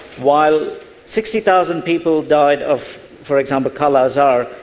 while sixty thousand people died of, for example, kala-azar,